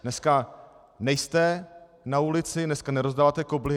Dneska nejste na ulici, dneska nerozdáváte koblihy.